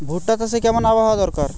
ভুট্টা চাষে কেমন আবহাওয়া দরকার?